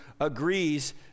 agrees